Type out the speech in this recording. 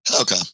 Okay